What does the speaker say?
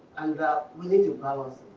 and that we need to balance